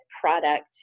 product